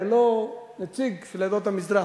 ללא נציג של עדות המזרח.